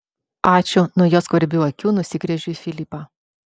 ačiū nuo jo skvarbių akių nusigręžiu į filipą